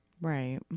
Right